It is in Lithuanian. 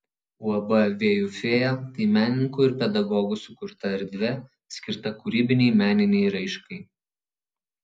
uab vėjų fėja tai menininkų ir pedagogų sukurta erdvė skirta kūrybinei meninei raiškai